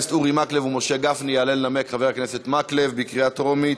עברה בקריאה טרומית